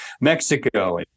Mexico